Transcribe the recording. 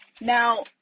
Now